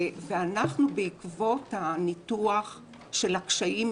בעקבות הניתוח של הקשיים,